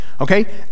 okay